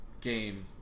game